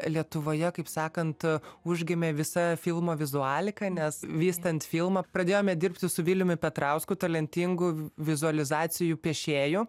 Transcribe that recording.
lietuvoje kaip sakant užgimė visa filmo vizualika nes vystant filmą pradėjome dirbti su viliumi petrausku talentingu vizualizacijų piešėju